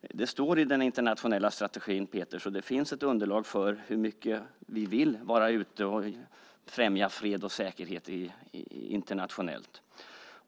Det står i den internationella strategin, Peter Jonsson, så det finns ett underlag för hur mycket vi vill vara ute och främja fred och säkerhet internationellt.